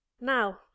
Now